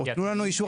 או: "תנו לנו אישור,